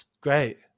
great